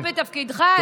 בהצלחה בתפקידך.